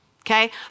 Okay